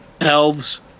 elves